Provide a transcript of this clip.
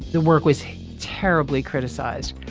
the work was terribly criticized.